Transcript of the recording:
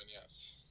Yes